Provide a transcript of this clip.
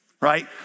right